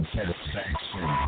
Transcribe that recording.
Satisfaction